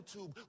YouTube